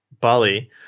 Bali